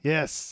Yes